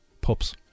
pups